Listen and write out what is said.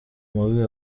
mubi